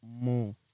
more